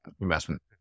investment